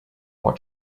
what